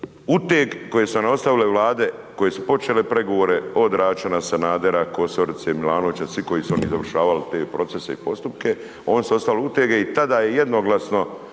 uteg koje su nam ostavile Vlade koje su počele pregovore od Račana, Sanadera, Kosorice, Milanovića, svih koji su završavali te procese i postupke, oni su ostavili utege i tada jednoglasno